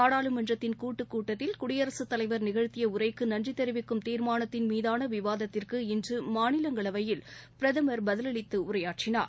நாடாளுமன்றத்தின் கூட்டுக்கூட்டத்தில் சூடியரசுத் தலைவர் நிகழ்த்திய உரைக்கு நன்றி தெரிவிக்கும் தீர்மானத்தின் மீதான விவாதத்திற்கு இன்று மாநிலங்களவையில் பிரதமர் பதிலளித்து உரையாற்றினார்